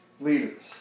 leaders